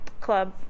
club